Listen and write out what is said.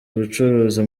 ubucuruzi